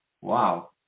Wow